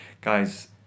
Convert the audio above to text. guys